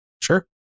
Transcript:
Sure